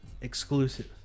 exclusive